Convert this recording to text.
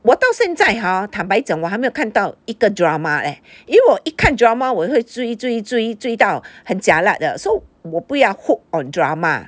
我到现在 hor 坦白讲我还没有看到一个 drama leh 因为我一看 drama 我会追追追追到很 jialat 的 so 我不要 hooked on drama